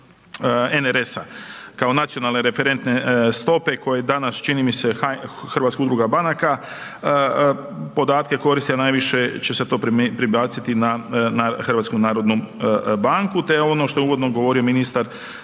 NRS-a kao nacionalne referentne stope koji danas čini mi se Hrvatska udruga banaka, podatke koristi, a najviše će se to prebaciti na HNB. Te ono što je uvodno govorio ministar